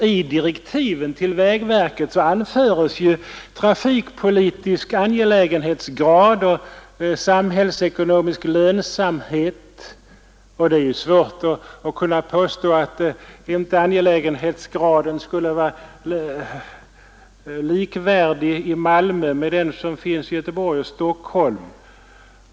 I direktiven till vägverket anförs att man skall ta hänsyn till trafikpolitisk angelägenhetsgrad och samhällsekonomisk lönsamhet, och det är svårt att hävda att angelägenhetsgraden när det gäller Malmö inte skulle vara likvärdig den i Göteborg och Stockholm.